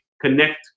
connect